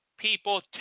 people